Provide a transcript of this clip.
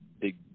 big